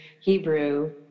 Hebrew